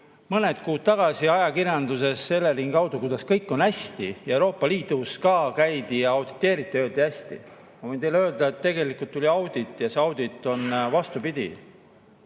mõned kuud tagasi ajakirjanduses Eleringi kaudu, kuidas kõik on hästi. Euroopa Liidust ka käidi, auditeeriti ja öeldi: hästi. Ma võin teile öelda, et tegelikult tuli audit ja see audit on vastupidine.